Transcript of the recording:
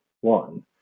one